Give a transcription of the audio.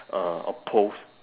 uh oppose